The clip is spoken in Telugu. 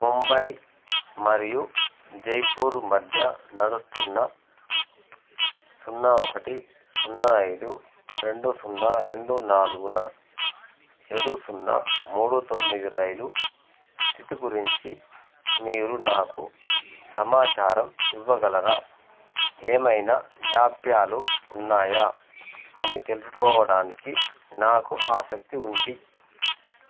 ముంబై మరియు జైపూర్ మధ్య నడుస్తున్న సున్నా ఒకటి సున్నా ఐదు రెండు సున్నా రెండు నాలుగున ఏడు సున్నా మూడు తొమ్మిది రైలు స్థితి గురించి మీరు నాకు సమాచారం ఇవ్వగలరా ఏమైనా జాప్యాలు ఉన్నాయా అని తెలుసుకోవడానికి నాకు ఆసక్తి ఉంది